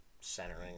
centering